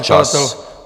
Čas.